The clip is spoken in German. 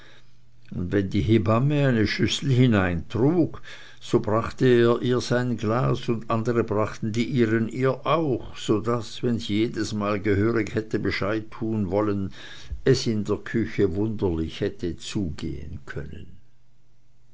und wenn die hebamme eine schüssel hineintrug so brachte er ihr sein glas und andere brachten die ihren ihr auch so daß wenn sie allemal gehörig hätte bescheid tun wollen es in der küche wunderlich hätte gehen können